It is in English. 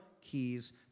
keys